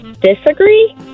Disagree